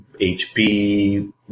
HP